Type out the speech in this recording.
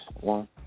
one